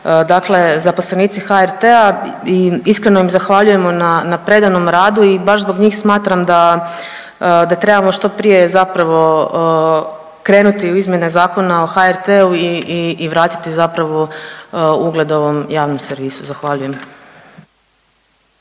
dakle zaposlenici HRT-a i iskreno im zahvaljujemo na predanom radu i baš zbog njih smatram da, da trebamo što prije zapravo krenuti u izmjene Zakona o HRT-u i vratiti zapravo ugled ovom javnom servisu. Zahvaljujem.